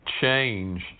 change